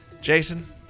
Jason